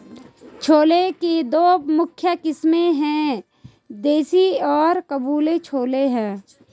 छोले की दो मुख्य किस्में है, देसी और काबुली छोले हैं